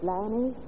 Lanny